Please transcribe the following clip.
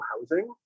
housing